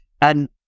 And-